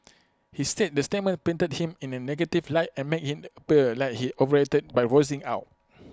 he said the statement painted him in A negative light and make IT appear like he overreacted by voicing out